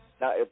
Now